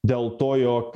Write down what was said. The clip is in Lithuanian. dėl to jog